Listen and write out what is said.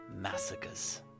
massacres